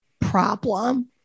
problem